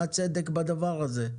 מה הצדק בדבר הזה?